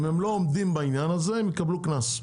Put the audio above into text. אם הם לא עומדים בעניין הזה הם יקבלו קנס.